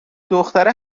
دختره